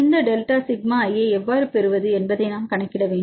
இந்த டெல்டா சிக்மாவை i யை எவ்வாறு பெறுவது என்பதை நாம் கணக்கிட வேண்டும்